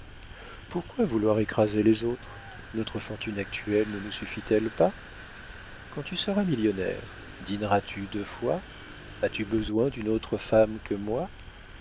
pourquoi vouloir écraser les autres notre fortune actuelle ne nous suffit-elle pas quand tu seras millionnaire dîneras tu deux fois as-tu besoin d'une autre femme que moi